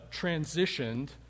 transitioned